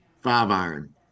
five-iron